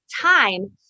time